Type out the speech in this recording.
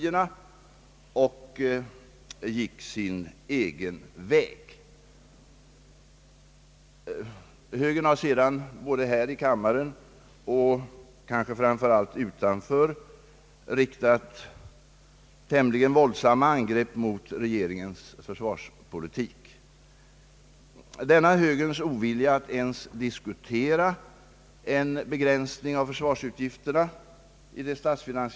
Herr Bohman sade att socialdemokraterna inte har behandlat försvarsfrågan på ett sakligt sätt, utan fattat politiska beslut — så uttryckte han sig faktiskt. Jag förstår inte alls vad herr Bohman menar. Varje försvarsbeslut är ju ett politiskt beslut.